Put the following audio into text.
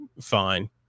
fine